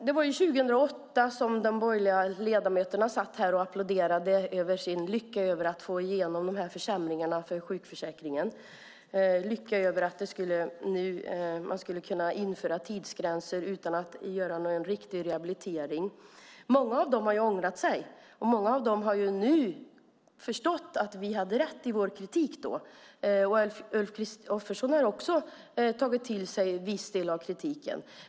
Det var 2008 som de borgerliga ledamöterna satt här och applåderade sin lycka över att få igenom de här försämringarna i sjukförsäkringen, lycka över att man nu skulle kunna införa tidsgränser utan att det görs en riktig rehabilitering. Många av dem har ångrat sig, och många av dem har nu förstått att vi hade rätt i vår kritik. Ulf Kristersson har också tagit till sig viss del av kritiken.